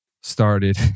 started